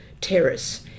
terrace